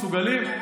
מסוגלים?